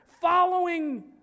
following